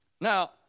Now